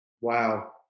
Wow